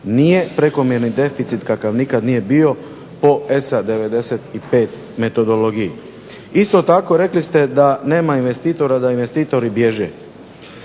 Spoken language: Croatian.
nije prekomjerni deficit kakav nikada nije bio po ESA 95 metodologiji. Isto tako rekli ste da nema investitora, da investitori bježe.